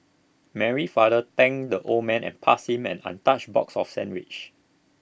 Mary's father thanked the old man and passed him an untouched box of sandwiches